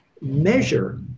measure